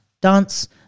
dance